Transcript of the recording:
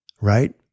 right